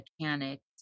mechanics